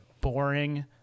boring